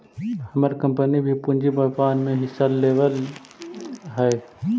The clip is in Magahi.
हमर कंपनी भी पूंजी बाजार में हिस्सा लेवअ हई